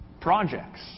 projects